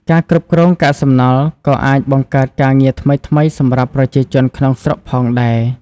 ការគ្រប់គ្រងកាកសំណល់ក៏អាចបង្កើតការងារថ្មីៗសម្រាប់ប្រជាជនក្នុងស្រុកផងដែរ។